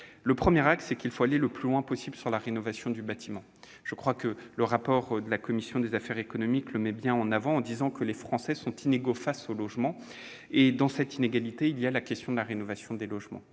Le premier axe, c'est d'aller le plus loin possible sur la rénovation du bâtiment. Le rapport de la commission des affaires économiques met bien cet objectif en avant, soulignant que les Français sont inégaux face au logement ; dans cette inégalité, il y a la question de la rénovation des logements.